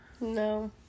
no